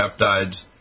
peptides